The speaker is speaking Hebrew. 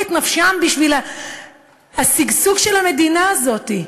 את נפשם בשביל השגשוג של המדינה הזאת.